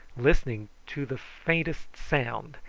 listening to the faintest sound,